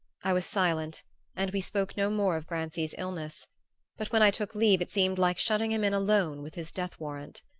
i was silent and we spoke no more of grancy's illness but when i took leave it seemed like shutting him in alone with his death-warrant.